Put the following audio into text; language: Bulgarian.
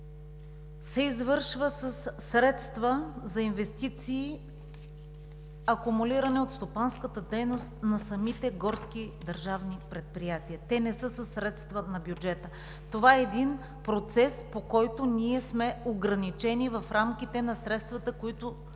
се извършва със средства за инвестиции, акумулирани от стопанската дейност на самите горски държавни предприятия. Те не са със средства на бюджета. Това е един процес, по който ние сме ограничени в рамките на средствата, които